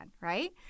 right